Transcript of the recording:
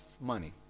money